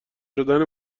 شدن